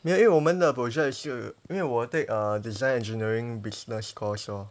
没有因为我们的 project 是因为我 take err design engineering business course lor